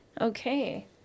Okay